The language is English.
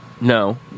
No